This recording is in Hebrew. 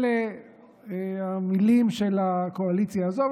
אלו המילים של הקואליציה הזו,